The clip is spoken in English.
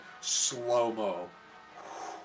slow-mo